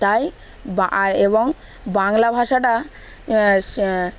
তাই বা এবং বাংলা ভাষাটা